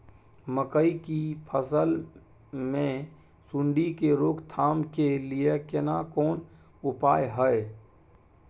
मकई की फसल मे सुंडी के रोक थाम के लिये केना कोन उपाय हय?